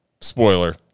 spoiler